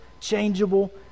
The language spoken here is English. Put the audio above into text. changeable